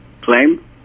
claim